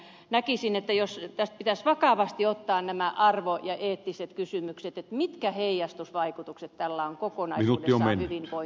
näkisin että tästä pitäisi vakavasti ottaa nämä arvo ja eettiset kysymykset mitkä heijastusvaikutukset tällä on kokonaisuudessaan hyvinvointiin ja meidän yhteiskuntamme kehitykseen